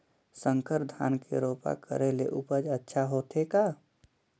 संकर धान के रोपा करे ले उपज अच्छा होथे का?